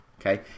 Okay